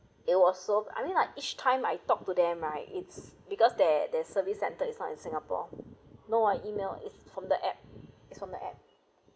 it was so I mean like each time I talk to them right it's because their their service centre is not in singapore no I email it's from the app it's from the app